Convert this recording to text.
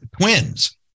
twins